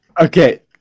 Okay